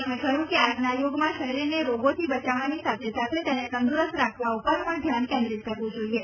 તેમણે કહ્યું કે આજના યુગમાં શરીરને રોગોથી બચાવવાની સાથે સાથે તેને તંદુરસ્ત રાખવા ઉપર પણ ધ્યાન કેન્દ્રીત કરવું જોઈએ